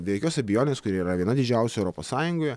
be jokios abejonės kuri yra viena didžiausių europos sąjungoje